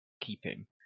keeping